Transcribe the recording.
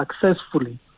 successfully